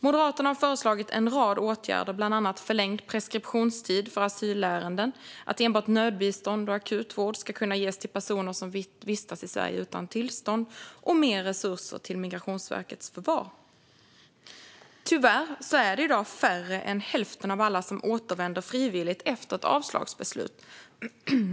Moderaterna har föreslagit en rad åtgärder, bland annat förlängd preskriptionstid för asylärenden, att enbart nödbistånd och akut vård ska ges till personer som vistas i Sverige utan tillstånd och att det ska anslås mer resurser till Migrationsverkets förvar. Tyvärr är det i dag färre än hälften av alla som återvänder frivilligt efter ett avslagsbeslut.